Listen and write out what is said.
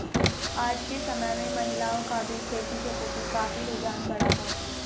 आज के समय में महिलाओं का भी खेती के प्रति काफी रुझान बढ़ा है